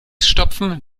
stopfen